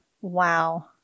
Wow